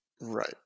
Right